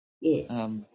Yes